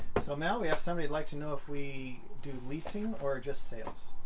so now we have somebody like to know if we do leasing or just sales?